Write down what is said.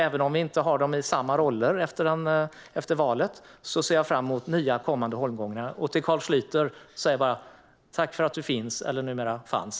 Även om vi inte har dem i samma roller efter valet ser jag fram emot nya kommande holmgångar. Till Carl Schlyter säger jag bara: Tack för att du finns - eller numera: fanns!